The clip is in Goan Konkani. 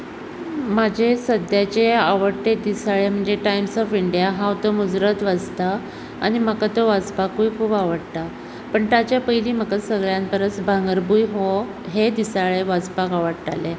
म्हाजे सद्याचें आवडटे दिसाळें म्हणजे टायम्स ऑफ इंडिया हांव तो मुजरत वाचता आनी म्हाका तो वाचपाकूय खुब आवडटा पण ताच्या पयली म्हाका सगळ्यान परस भांगरभूंय हो हे दिसाळें वाचपाक आवडटालें